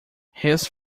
his